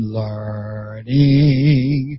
learning